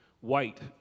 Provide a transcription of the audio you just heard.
white